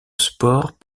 sport